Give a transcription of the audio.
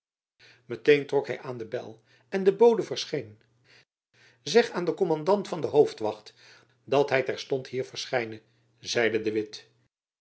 met-een trok hy aan den bel en de bode verscheen zeg aan den kommandant van de hoofdwacht dat hy terstond hier verschijne zeide de witt